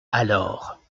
alors